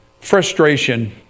frustration